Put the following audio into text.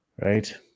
right